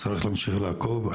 צריך להמשיך לעקוב.